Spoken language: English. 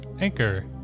Anchor